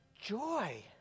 joy